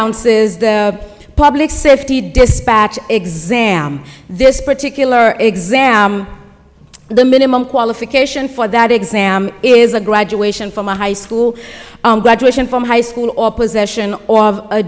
announces the public safety dispatch exam this particular exam the minimum qualification for that exam is a graduation from a high school graduation from high school or possession of a